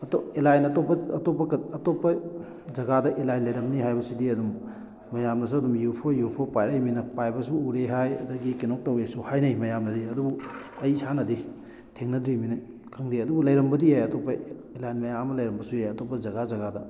align ꯑꯇꯣꯞꯄ ꯑꯇꯣꯞꯄ ꯖꯒꯥꯗ ꯑꯦꯂꯥꯏꯟ ꯂꯩꯔꯝꯅꯤ ꯍꯥꯏꯕꯁꯤꯗꯤ ꯑꯗꯨꯝ ꯃꯌꯥꯝꯅꯁꯨ ꯑꯗꯨꯝ U F O U F O ꯄꯥꯏꯔꯛꯏꯃꯤꯅ ꯄꯥꯏꯕꯁꯨ ꯎꯔꯦ ꯍꯥꯏ ꯑꯗꯒꯤ ꯀꯩꯅꯣ ꯇꯧꯋꯦꯁꯨ ꯍꯥꯏꯅꯩ ꯃꯌꯥꯝꯅꯗꯤ ꯑꯗꯨꯕꯨ ꯑꯩ ꯏꯁꯥꯅꯗꯤ ꯊꯦꯡꯅꯗ꯭ꯔꯤꯃꯤꯅ ꯈꯪꯗꯦ ꯑꯗꯨꯕꯨ ꯂꯩꯔꯝꯕꯗꯤ ꯌꯥꯏ ꯑꯇꯣꯞꯄ ꯑꯦꯂꯥꯏꯟ ꯃꯌꯥꯝ ꯑꯃ ꯂꯩꯔꯝꯕꯁꯨ ꯌꯥꯏ ꯑꯇꯣꯞꯄ ꯖꯒꯥ ꯖꯒꯥꯗ